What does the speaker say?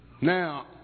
Now